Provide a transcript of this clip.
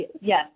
yes